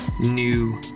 new